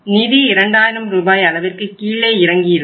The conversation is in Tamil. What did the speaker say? நிதி 2000 ரூபாய் அளவிற்கு கீழே இறங்கி இருக்கும்